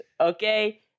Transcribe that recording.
okay